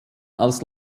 als